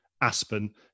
Aspen